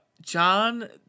John